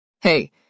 Hey